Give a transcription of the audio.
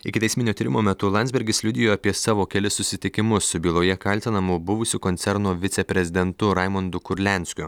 ikiteisminio tyrimo metu landsbergis liudijo apie savo kelis susitikimus su byloje kaltinamu buvusiu koncerno viceprezidentu raimundu kurlianskiu